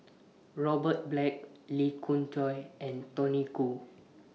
Robert Black Lee Khoon Choy and Tony Khoo